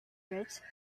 rich